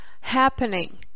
happening